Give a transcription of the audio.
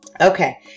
Okay